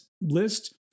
list